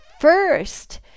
first